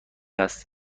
است